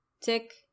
Tick